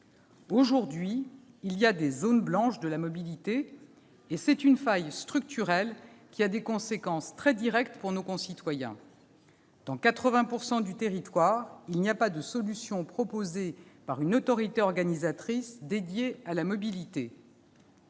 Aujourd'hui, il existe des « zones blanches » de la mobilité. Cette faille structurelle a des conséquences très directes pour nos concitoyens. Dans 80 % du territoire, il n'y a pas de solution proposée par une autorité organisatrice « dédiée » à la mobilité.